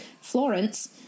Florence